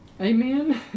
Amen